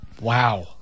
Wow